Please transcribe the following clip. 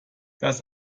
das